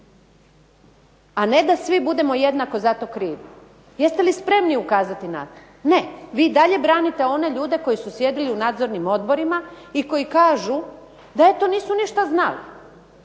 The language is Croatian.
a ne da svi budemo jednako za to krivi. Jeste li spremni ukazati na to. Ne, vi i dalje branite one ljude koji su sjedili u nadzornim odborima i koji kažu da eto nisu ništa znali